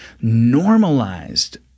normalized